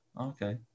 okay